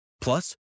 Plus